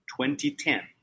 2010